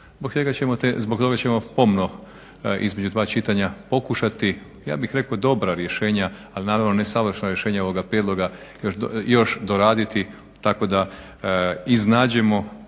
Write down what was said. Zbog toga ćemo pomno između dva čitanja pokušati, ja bih rekao dobra rješenja, ali naravno ne savršena rješenja ovoga prijedloga, još doraditi tako da iznađemo